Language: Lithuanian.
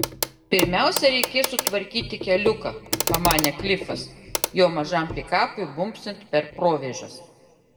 pirmiausia reikės sutvarkyti keliuką pamanė klifas jo mažam pikapui bumbsint per provėžas